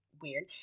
weird